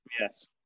yes